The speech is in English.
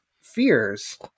fears